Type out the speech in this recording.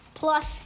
plus